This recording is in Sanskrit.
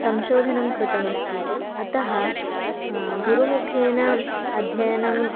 संशोधनं कृतमस्ति अतः गुरुमुखेन अध्ययनं